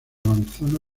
manzana